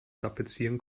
tapezieren